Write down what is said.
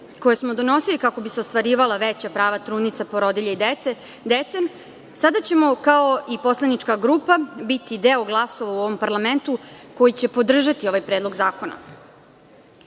koje smo donosili kako bi se ostvarivala veća prava trudnica, porodilja i dece. Sada ćemo kao i poslanička grupa biti deo glasova u ovom parlamentu koji podržati ovaj predlog zakona.